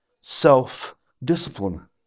self-discipline